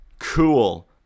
Cool